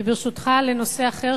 וברשותך, לנושא אחר